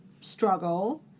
struggle